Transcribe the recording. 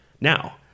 Now